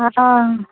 हँ